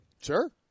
Sure